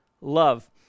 love